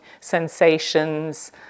sensations